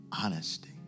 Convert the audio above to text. honesty